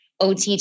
OTT